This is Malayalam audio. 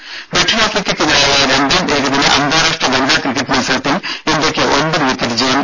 രുര ദക്ഷിണാഫ്രിക്കക്കെതിരായ രണ്ടാം ഏകദിന അന്താരാഷ്ട്ര വനിതാ ക്രിക്കറ്റ് മത്സരത്തിൽ ഇന്ത്യക്ക് ഒമ്പതു വിക്കറ്റ് ജയം